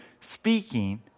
speaking